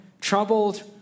troubled